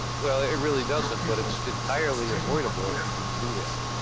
well, it really doesn't, but it's entirely avoidable if you didn't do that.